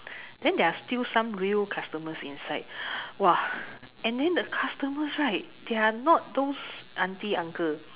then there are still some real customers inside !wah! and then the customers right they are not those auntie uncle